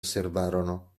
osservarono